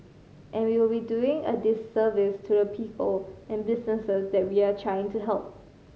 and we will be doing a disservice to the people and businesses that we are trying to help